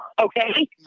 Okay